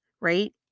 right